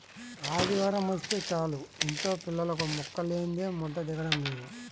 ఆదివారమొస్తే చాలు యింట్లో పిల్లలకు ముక్కలేందే ముద్ద దిగటం లేదు